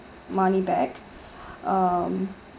money back um